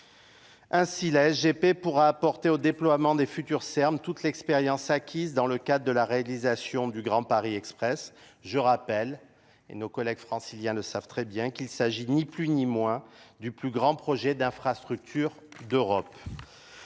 Ainsi, la G P pourra apporter au déploiement des futurs Serbes toute l'expérience acquise dans le cadre de la réalisation du Grand Paris Express. Je rappelle et nos collègues franciliens le savent très bien qu'il s'agit nii plus ni moins du plus grand projet d'infrastructure d'europe.